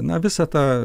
na visą tą